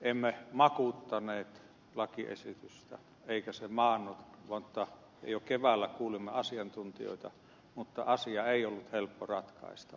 emme makuuttaneet lakiesitystä eikä se maannut vaan jo keväällä kuulimme asiantuntijoita mutta asiaa ei ollut helppo ratkaista